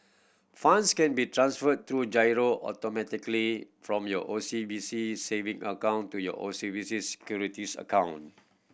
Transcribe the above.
funds can be transferred through giro automatically from your O C B C saving account to your O C B C Securities account